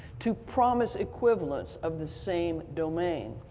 to promis equivalent of the same domain.